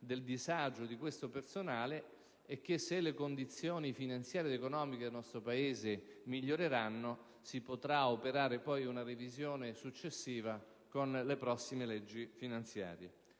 del disagio di quel personale. Pertanto, se le condizioni finanziarie ed economiche del nostro Paese miglioreranno, si potrà operare una revisione successiva con le prossime leggi finanziarie.